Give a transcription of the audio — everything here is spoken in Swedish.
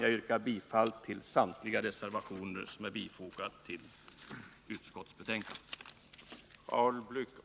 Jag yrkar alltså bifall till samtliga reservationer som är fogade till utskottsbetänkandet.